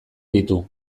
ditu